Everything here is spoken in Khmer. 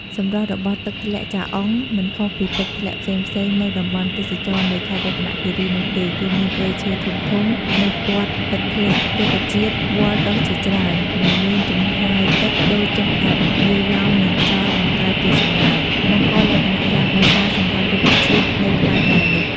សម្រស់របស់ទឹកធ្លាក់ចាអុង មិនខុសពីទឹកធ្លាក់ផ្សេងៗនៅតំបន់ទេសចណ៍នៃខេត្តរតនគិរីនោះទេ គឺមានព្រៃឈើធំៗនៅព័ទ្ធទឹកធ្លាក់ រុក្ខជាតិវល្លិ៍ដុះជាច្រើន និងមានចំហាយទឹកដូចចុះអាប់ លាយឡំនឹងខ្យល់បង្កើតជាសំណើម បង្កលក្ខណៈយ៉ាងប្រសើរសម្រាប់រុក្ខជាតិនៅក្បែរៗនោះ។